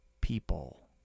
people